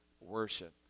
worship